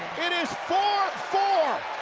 it is four four.